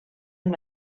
amb